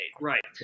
Right